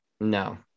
No